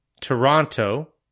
Toronto